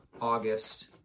August